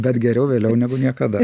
bet geriau vėliau negu niekada